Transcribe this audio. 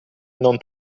non